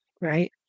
right